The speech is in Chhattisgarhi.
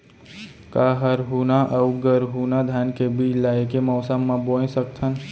का हरहुना अऊ गरहुना धान के बीज ला ऐके मौसम मा बोए सकथन?